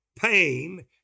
pain